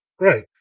Right